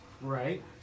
Right